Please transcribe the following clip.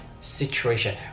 situation